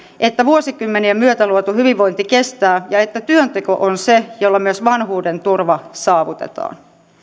että vuosikymmenien myötä luotu hyvinvointi kestää ja että työnteko on se jolla myös vanhuuden turva saavutetaan